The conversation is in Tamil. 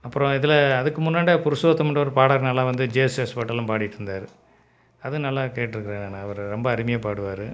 அப்புறோம் இதில் அதுக்கு முன்னான்டே புருஷோத்தமன்ற ஒரு பாடகர் நல்லா வந்து ஜேசுதாஸ் பாட்டெல்லாம் பாடிட்ருந்தார் அது நல்லா கேட்யிருக்கறேன் நான் அவரு ரொம்ப அருமையாக பாடுவார்